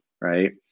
right